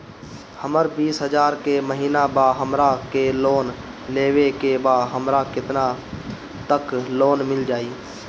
हमर बिस हजार के महिना बा हमरा के लोन लेबे के बा हमरा केतना तक लोन मिल जाई?